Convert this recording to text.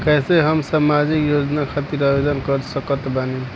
कैसे हम सामाजिक योजना खातिर आवेदन कर सकत बानी?